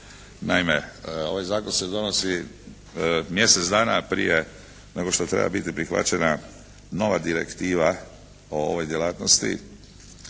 Naime, ovaj zakon se donosi mjesec dana prije nego što treba biti prihvaćena nova direktiva o ovoj djelatnosti